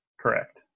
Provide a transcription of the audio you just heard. Correct